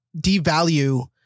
devalue